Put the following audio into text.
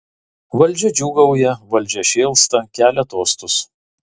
valdžia džiūgauja valdžia šėlsta kelia tostus